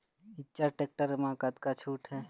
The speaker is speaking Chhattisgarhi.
इच्चर टेक्टर म कतका छूट हे?